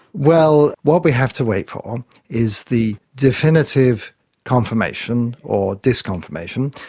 well, what we have to wait for um is the definitive confirmation or disconfirmation.